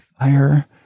fire